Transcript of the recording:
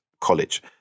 college